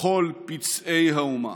לכל פצעי האומה.